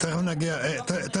שנייה לפני שנגיע לזה.